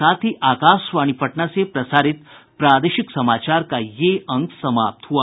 इसके साथ ही आकाशवाणी पटना से प्रसारित प्रादेशिक समाचार का ये अंक समाप्त हुआ